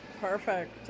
perfect